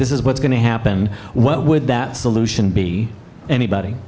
this is what's going to happen what would that solution be anybody